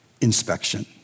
inspection